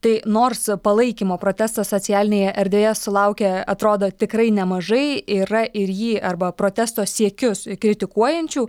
tai nors palaikymo protestas socialinėje erdvėje sulaukė atrodo tikrai nemažai yra ir jį arba protesto siekius kritikuojančių